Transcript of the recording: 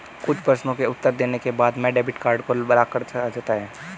कुछ प्रश्नों के उत्तर देने के बाद में डेबिट कार्ड को ब्लाक कर दिया जाता है